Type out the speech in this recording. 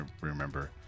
remember